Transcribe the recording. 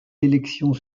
élections